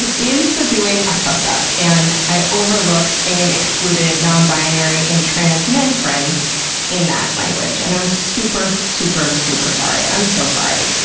in in so doing, i fucked up. and i overlooked and excluded non-binary and trans men friends in that language, and i'm super, super, super sorry. i'm so sorry.